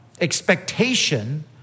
expectation